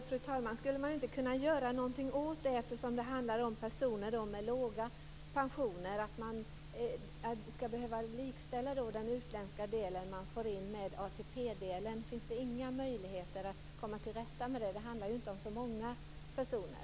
Fru talman! Skulle man inte kunna göra någonting åt detta eftersom det handlar om personer med låga pensioner. Skall man behöva likställa den utändska pensionsdelen med ATP-delen? Finns det inga möjligheter att komma till rätta med det här? Det handlar ju inte om så många personer.